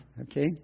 okay